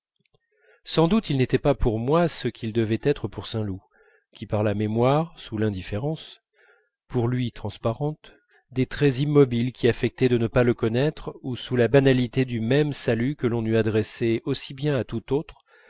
sans doute il n'était pas pour moi ce qu'il devait être pour saint loup qui par la mémoire sous l'indifférence pour lui transparente des traits immobiles qui affectaient de ne pas le connaître ou sous la banalité du même salut que l'on eût adressé aussi bien à tout autre